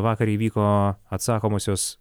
vakar įvyko atsakomosios